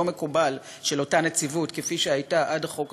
מקובל של אותה נציבות כפי שהייתה עד החוק הזה,